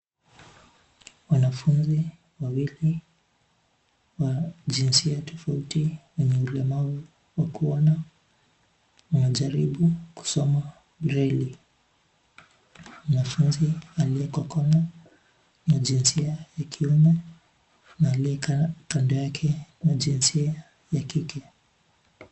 Wanafunzi wawili wa jinsia tofauti, wanaulemavu wa kuona. Wanajaribu kusoma breli. Mwanafunzi aliye kwa kona ana jinsia ya kiume, na aliye kando yake ana jinsia ya kike.